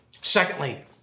Secondly